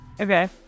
Okay